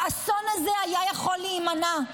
האסון הזה היה יכול להימנע.